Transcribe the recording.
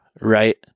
right